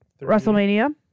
Wrestlemania